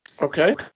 Okay